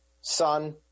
Sun